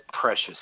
precious